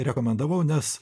rekomendavau nes